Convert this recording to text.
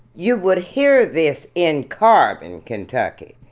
you would hear this in corbin, kentucky!